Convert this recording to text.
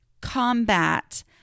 Combat